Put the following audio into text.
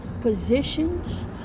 positions